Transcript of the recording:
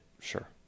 sure